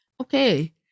Okay